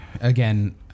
Again